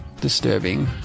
disturbing